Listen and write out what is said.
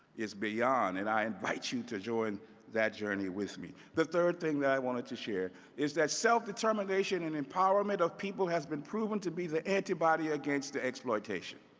beyond. and i invite you to join that journey with me. the third thing that i wanted to share is that self-determination and empowerment of people has been proven to be the antibody against the exploitation.